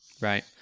right